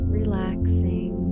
relaxing